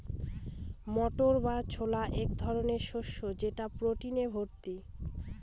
মটর বা ছোলা এক ধরনের শস্য যেটা প্রোটিনে ভর্তি